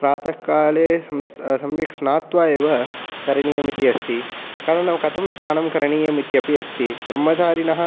प्रातःकाले सम्यक् स्नात्वा एव करणीयम् इति अस्ति कथं स्नानं करणीयम् इत्यपि अस्ति ब्रह्मचारिणः